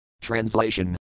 translation